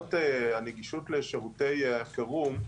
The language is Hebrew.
תקנות הנגישות לשירותי החירום,